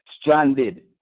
stranded